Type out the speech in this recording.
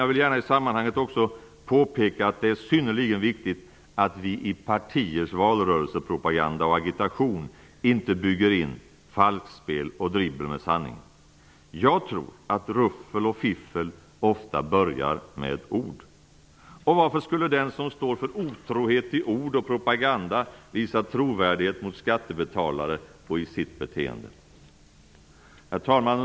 Jag vill i sammanhanget också gärna påpeka att det är synnerligen viktigt att vi i partiers valrörelsepropaganda och agitation inte bygger in falskspel och dribbel med sanningen. Jag tror att ruffel och fiffel ofta börjar med ord. Varför skulle den som står för otrohet i ord och propaganda visa trovärdighet mot skattebetalare och i sitt beteende? Herr talman!